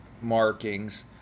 markings